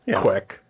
quick